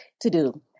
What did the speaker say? to-do